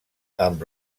amb